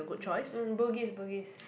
um bugis bugis